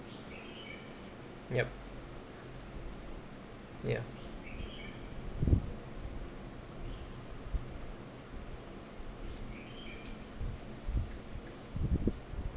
yup ya